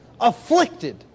afflicted